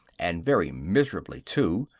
and very miserably too,